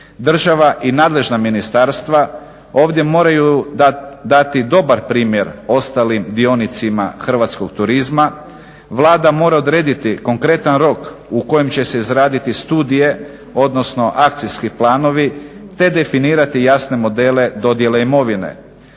Država i nadležna ministarstva ovdje moraju dati dobar primjer ostalim dionicima hrvatskog turizma, Vlada mora odrediti konkretan rok u kojem će se izraditi studije, odnosno akcijski planovi te definirati jasne modele dodjele imovine.